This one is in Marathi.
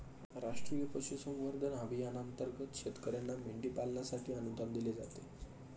राष्ट्रीय पशुसंवर्धन अभियानांतर्गत शेतकर्यांना मेंढी पालनासाठी अनुदान दिले जाते